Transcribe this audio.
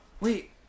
Wait